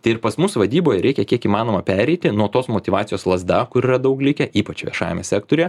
tai ir pas mus vadyboje reikia kiek įmanoma pereiti nuo tos motyvacijos lazda kur yra daug likę ypač viešajame sektoriuje